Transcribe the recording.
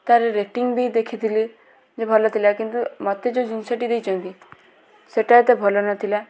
ତା'ର ରେଟିଂ ବି ଦେଖିଥିଲି ଯେ ଭଲ ଥିଲା କିନ୍ତୁ ମୋତେ ଯେଉଁ ଜିନିଷଟି ଦେଇଚନ୍ତି ସେଇଟା ଏତେ ଭଲ ନଥିଲା